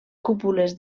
cúpules